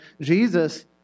Jesus